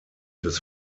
des